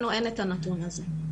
לנו אין את הנתון הזה.